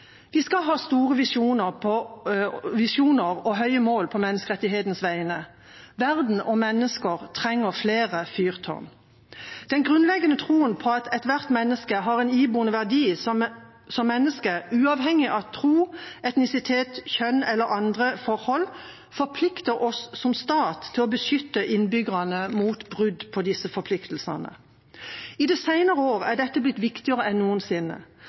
Vi skal ha store visjoner og mål på menneskerettighetenes vegne. Verden og menneskene trenger flere fyrtårn. Den grunnleggende troa på at ethvert menneske har en iboende verdi som menneske, uavhengig av tro, etnisitet, kjønn eller andre forhold, forplikter oss som stat til å beskytte innbyggerne mot brudd på disse forpliktelsene. De senere årene har dette blitt viktigere enn noensinne.